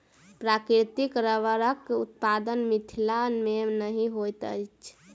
प्राकृतिक रबड़क उत्पादन मिथिला मे नहिये होइत छै